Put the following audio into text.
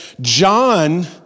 John